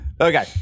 Okay